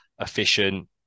efficient